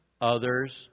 others